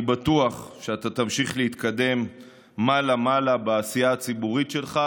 אני בטוח שאתה תמשיך להתקדם מעלה מעלה בעשייה הציבורית שלך,